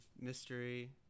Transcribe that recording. mystery